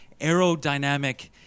aerodynamic